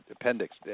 appendix